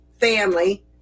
family